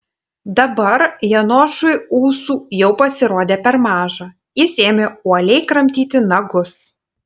dabar janošui ūsų jau pasirodė per maža jis ėmė uoliai kramtyti nagus